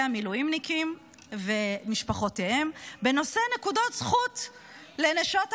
המילואימניקים ומשפחותיהם בנושא נקודות זכות לנשות המילואים.